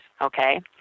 Okay